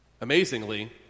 Amazingly